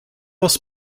was